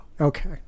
Okay